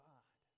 God